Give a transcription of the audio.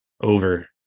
over